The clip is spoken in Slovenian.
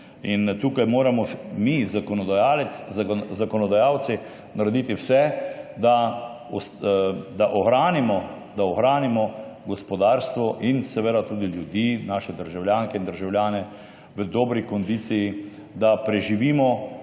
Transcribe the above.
Tukaj moramo mi zakonodajalci narediti vse, da ohranimo gospodarstvo in seveda tudi ljudi, naše državljanke in državljane v dobri kondiciji, da preživimo